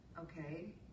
Okay